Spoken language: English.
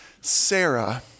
Sarah